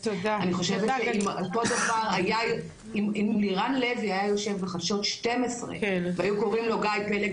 אני חושבת שאם לירן לוי היה יושב בחדשות 12 והיו קוראים לו גיא פלג,